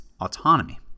autonomy